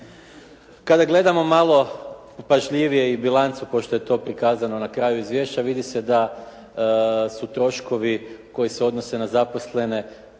Kada gledamo malo pažljivije i bilancu pošto je to prikazano na kraju izvješća vidi se da su troškovi koji se odnose na zaposlene